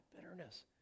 bitterness